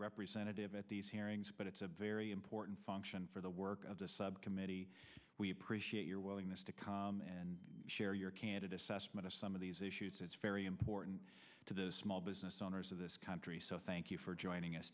representative at these hearings but it's a very important function for the work of the subcommittee we appreciate your willingness to come and share your candid assessment of some of these issues very important to the small business most of this country so thank you for joining us